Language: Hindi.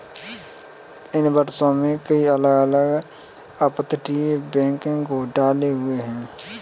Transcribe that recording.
इन वर्षों में, कई अलग अलग अपतटीय बैंकिंग घोटाले हुए हैं